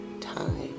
time